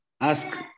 ask